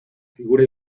figura